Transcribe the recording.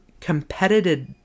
competitive